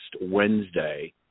Wednesday